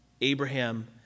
Abraham